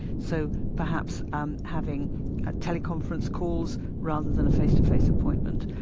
so, perhaps um having ah teleconference calls rather than a face-to-face appointment.